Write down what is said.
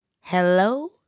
Hello